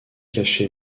caché